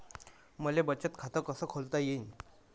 मले बचत खाते कसं खोलता येईन?